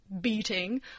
beating